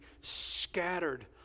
scattered